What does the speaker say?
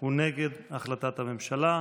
הוא נגד החלטת הממשלה.